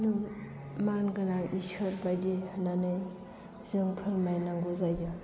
मानगोनां इसोरबादि होननानै जों फोरमायनांगौ जायो